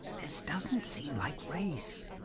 this doesn't seem like race.